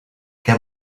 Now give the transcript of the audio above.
què